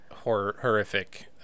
horrific